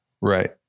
Right